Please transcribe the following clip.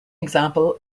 example